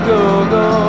Go-Go